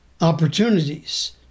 opportunities